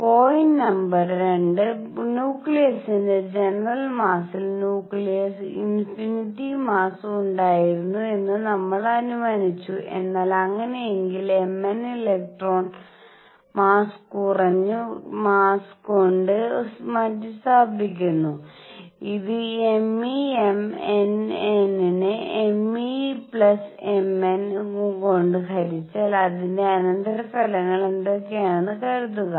point number രണ്ട് ന്യൂക്ലിയസിന്റെ general മാസ്സിൽ ന്യൂക്ലിയസിന് ഇൻഫിനിറ്റി മാസ്സ് ഉണ്ടായിരുന്നു എന്ന് നമ്മൾ അനുമാനിച്ചു എന്നാൽ അങ്ങനെയെങ്കിൽ Mn ഇലക്ട്രോൺ മാസ്സ് കുറഞ്ഞ മാസ്സ് കൊണ്ട് മാറ്റിസ്ഥാപിക്കുന്നു ഇത് me M n നെ meM n ഉം കൊണ്ട് ഹരിച്ചാൽ അതിന്റെ അനന്തരഫലങ്ങൾ എന്തൊക്കെയാണെന്ന് കരുതുക